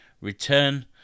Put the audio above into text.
return